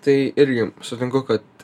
tai irgi sutinku kad